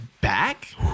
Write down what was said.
back